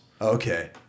Okay